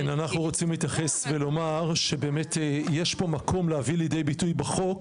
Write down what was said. אנחנו רוצים להתייחס ולומר שיש מקום להביא לידי ביטוי בחוק